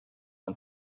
and